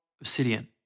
Obsidian